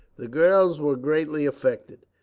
the girls were greatly affected.